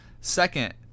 second